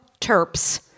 Terps